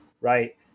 Right